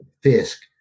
Fisk